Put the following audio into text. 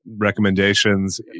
recommendations